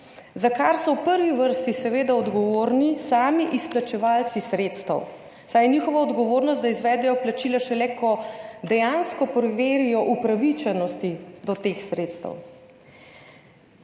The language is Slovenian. za kar so v prvi vrsti seveda odgovorni sami izplačevalci sredstev, saj je njihova odgovornost, da izvedejo plačila, šele takrat, ko dejansko preverijo upravičenosti do teh sredstev.